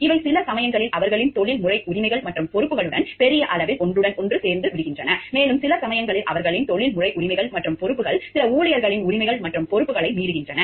இவை சில சமயங்களில் அவர்களின் தொழில்முறை உரிமைகள் மற்றும் பொறுப்புகளுடன் பெரிய அளவில் ஒன்றுடன் ஒன்று சேர்ந்து விடுகின்றன மேலும் சில சமயங்களில் அவர்களின் தொழில்முறை உரிமைகள் மற்றும் பொறுப்புகள் சில ஊழியர்களின் உரிமைகள் மற்றும் பொறுப்புகளை மீறுகின்றன